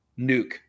nuke